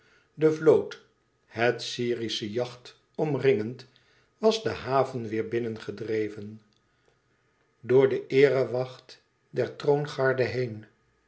de vloot het syrische yacht omringend was de haven weêr binnen gedreven door de eerewacht der troongarde heen